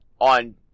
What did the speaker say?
on